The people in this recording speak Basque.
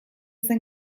zen